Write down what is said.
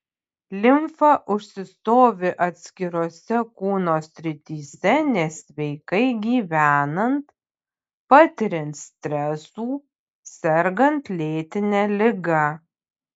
limfa užsistovi atskirose kūno srityse nesveikai gyvenant patiriant stresų sergant lėtine liga